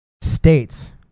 states